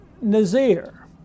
Nazir